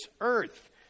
earth